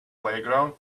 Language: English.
playground